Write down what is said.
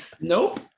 Nope